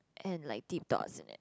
and like deep thoughts in it